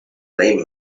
blame